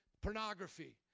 pornography